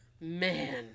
Man